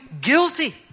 guilty